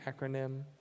acronym